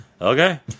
Okay